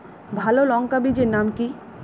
ভালো লঙ্কা বীজের নাম কি?